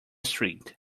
street